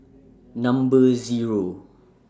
Number Zero